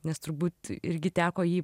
nes turbūt irgi teko jį